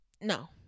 no